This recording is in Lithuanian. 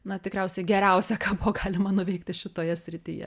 na tikriausiai geriausia ką galima nuveikti šitoje srityje